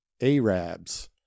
Arabs